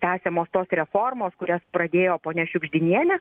tęsiamos tos reformos kurias pradėjo ponia šiugždinienė